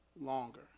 longer